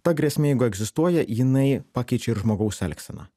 ta grėsmė jeigu egzistuoja jinai pakeičia ir žmogaus elgseną